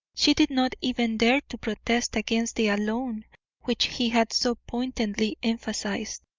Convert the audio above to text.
she did not even dare to protest against the alone which he had so pointedly emphasised,